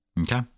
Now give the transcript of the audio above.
Okay